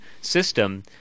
system